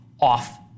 off